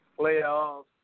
playoffs